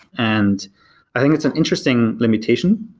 and i think it's an interesting limitation,